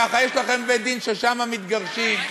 ככה יש לכם בית-דין ששם מתגרשים,